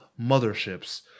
motherships